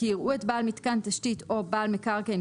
כי יראו את בעל מיתקן תשתית או בעל מקרקעין